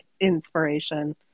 inspiration